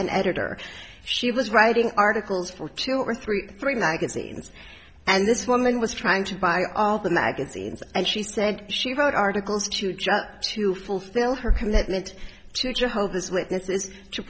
an editor she was writing articles for two or three three magazines and this woman was trying to buy all the magazines and she said she wrote articles to jut to fulfill her commitment to jehovah's witnesses to